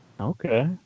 Okay